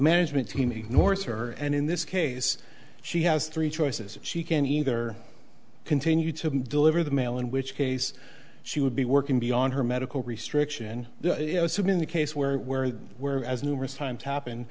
management team ignores her and in this case she has three choices she can either continue to deliver the mail in which case she would be working beyond her medical restriction you know so in the case where where they were as numerous times happen